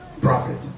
Profit